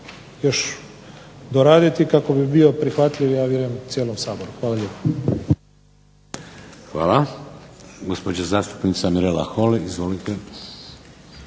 još doraditi kako bi bio prihvatljiv ja vjerujem cijelom Saboru. Hvala lijepo. **Šeks, Vladimir (HDZ)** Hvala. Gospođa zastupnica Mirela Holy, izvolite.